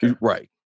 Right